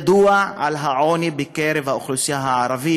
האמת היא שבכל פעם שאני,